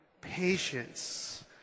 patience